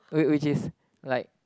which which is like